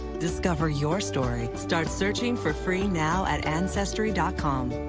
discover your story. start searching for free now at ancestry dot com